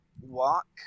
walk